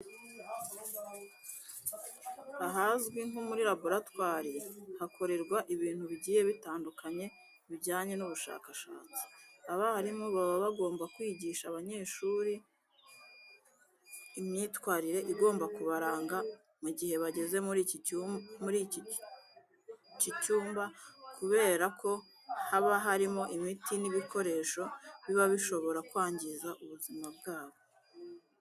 Ahazwi nko muri laboratwari hakorerwa ibintu bigiye bitandukanye bijyanye n'ubushakashatsi. Abarimu baba bagomba kwigisha abanyeshuri imyitwarire igomba kubaranga mu gihe bageze muri iki cyuma kubera ko haba harimo imiti n'ibikoresho biba bishobora kwangiza ubuzima bwabo.